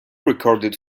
recorded